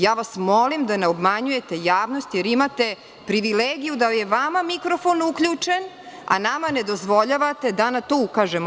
Molim vas da ne obmanjujete javnost jer imate privilegiju da je vama mikrofon uključen a nama ne dozvoljavate da na to ukažemo.